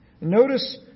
Notice